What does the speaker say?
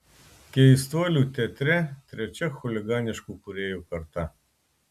keistuolių teatre trečia chuliganiškų kūrėjų karta